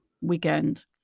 weekend